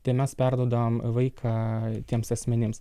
tai mes perduodam vaiką tiems asmenims